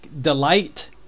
delight